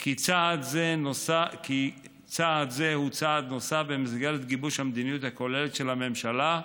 כי צעד זה הוא צעד נוסף במסגרת גיבוש המדיניות הכוללת של הממשלה,